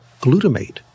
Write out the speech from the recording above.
glutamate